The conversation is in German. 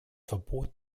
verbot